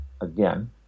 again